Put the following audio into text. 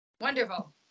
Wonderful